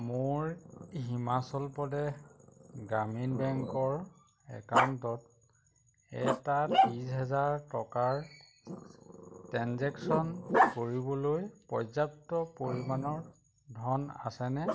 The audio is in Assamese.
মোৰ হিমাচল প্ৰদেশ গ্ৰামীণ বেংকৰ একাউণ্টত এটা ত্ৰিছ হাজাৰ টকাৰ ট্ৰেঞ্জেকশ্য়ন কৰিবলৈ পৰ্যাপ্ত পৰিমাণৰ ধন আছেনে